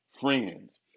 friends